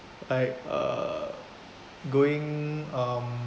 I uh going um